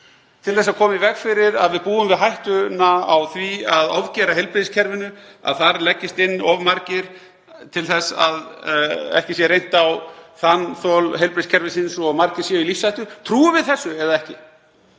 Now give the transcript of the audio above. til að koma í veg fyrir að við búum við hættuna á því að ofgera heilbrigðiskerfinu, að þar leggist inn of margir, til þess að ekki sé reynt á þanþol heilbrigðiskerfisins og margir séu í lífshættu? Trúum við þessu eða ekki?